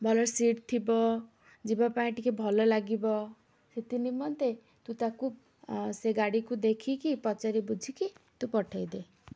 ଭଲ ସିଟ୍ ଥିବ ଯିବା ପାଇଁ ଟିକେ ଭଲ ଲାଗିବ ସେଥିନିିମନ୍ତେ ତୁ ତାକୁ ସେ ଗାଡ଼ିକୁ ଦେଖିକି ପଚାରି ବୁଝିକି ତୁ ପଠେଇଦେ